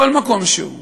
בכל מקום שהוא,